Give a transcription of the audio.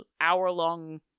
hour-long